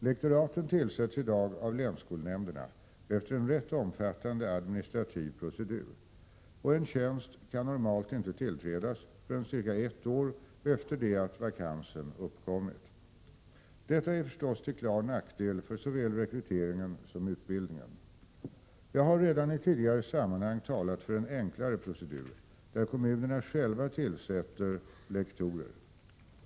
Lektoraten tillsätts i dag av länsskolnämnderna efter en rätt omfattande administrativ procedur, och en tjänst kan normalt inte tillträdas förrän cirka ett år efter det att vakansen uppkommit. Detta är förstås till klar nackdel för såväl rekryteringen som utbildningen. Jag har redan i tidigare sammanhang talat för en enklare procedur, där kommunerna själva tillsätter lektorer.